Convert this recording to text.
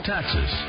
Taxes